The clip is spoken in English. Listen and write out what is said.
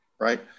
Right